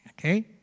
Okay